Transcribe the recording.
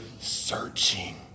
searching